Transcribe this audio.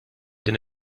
din